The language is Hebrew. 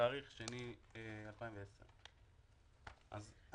בתאריך פברואר 2010. אני